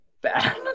bad